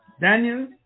Daniel